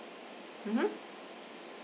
mmhmm